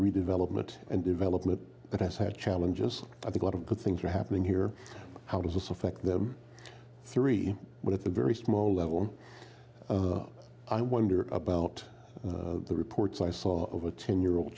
redevelopment and development that has had challenges i think a lot of good things are happening here how does this affect the three with a very small level i wonder about the reports i saw over ten year old